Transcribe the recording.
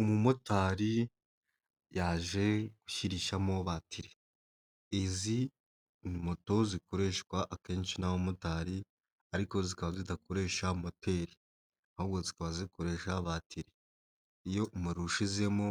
Umumotari yaje gushyirishamo batiri. Izi ni moto zikoreshwa akenshi n'abamotari, ariko zikaba zidakoresha moteri, ahubwo zikaba zikoresha batiri. Iyo umuriro ushizemo